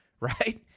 right